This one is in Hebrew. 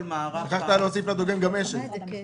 שכחת להוסיף לדוגם גם אש"ל.